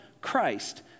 Christ